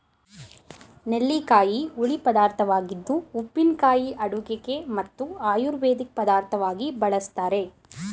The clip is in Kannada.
ನೆಲ್ಲಿಕಾಯಿ ಹುಳಿ ಪದಾರ್ಥವಾಗಿದ್ದು ಉಪ್ಪಿನಕಾಯಿ ಅಡುಗೆಗೆ ಮತ್ತು ಆಯುರ್ವೇದಿಕ್ ಪದಾರ್ಥವಾಗಿ ಬಳ್ಸತ್ತರೆ